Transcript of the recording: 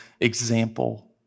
example